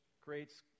creates